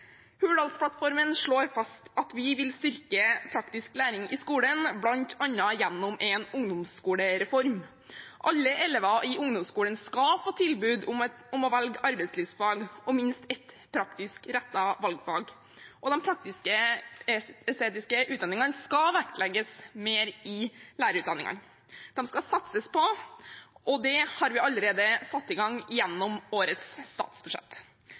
slår fast at vi vil styrke praktisk læring i skolen, bl.a. gjennom en ungdomsskolereform. Alle elever i ungdomsskolen skal få tilbud om arbeidslivsfag og minst ett praktisk rettet valgfag. De praktisk-estetiske fagene skal vektlegges mer i lærerutdanningene. De skal satses på, og det har vi allerede satt i gang gjennom årets statsbudsjett.